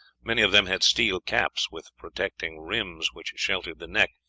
many of them had steel caps with projecting rims which sheltered the neck,